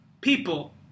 people